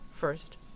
First